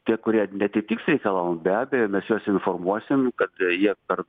tie kurie neatitiks reikalavimų be abejo mes juos informuosim kad jie per